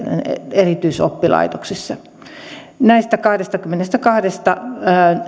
erityisoppilaitoksissa näistä kahdestakymmenestäkahdestatuhannesta